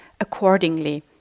accordingly